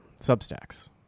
Substacks